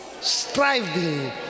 striving